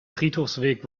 friedhofsweg